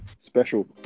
special